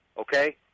okay